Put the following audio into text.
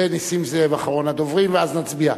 ונסים זאב אחרון הדוברים, ואז נצביע.